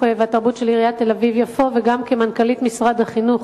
והתרבות של עיריית יפו וגם מנכ"לית משרד החינוך,